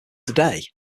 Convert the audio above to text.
today